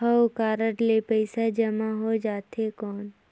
हव कारड ले पइसा जमा हो जाथे कौन?